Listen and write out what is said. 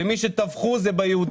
ומי שטבחו בהם זה היהודים,